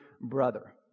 brother